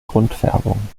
grundfärbung